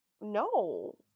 No